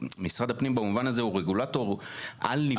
משרד הפנים במובן הזה הוא רגולטור על נבחרי ציבור.